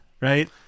right